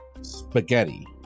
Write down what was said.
Spaghetti